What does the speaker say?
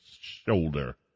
shoulder